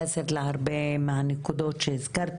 בבקשה אדוני.